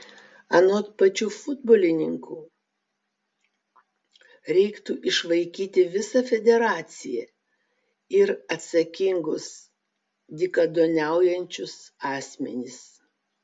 anot pačių futbolininkų reiktų išvaikyti visą federaciją ir atsakingus dykaduoniaujančius asmenis